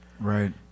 Right